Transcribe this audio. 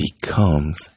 becomes